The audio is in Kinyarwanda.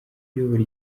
uyobora